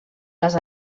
les